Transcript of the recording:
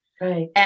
Right